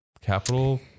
capital